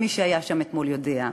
ומי שהיה שם אתמול יודע,